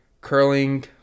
curling